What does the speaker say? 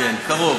קרוב.